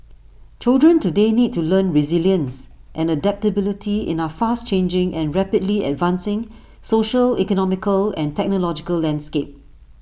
children today need to learn resilience and adaptability in our fast changing and rapidly advancing social economical and technological landscape